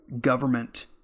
government